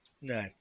No